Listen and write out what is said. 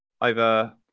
over